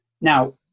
Now